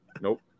Nope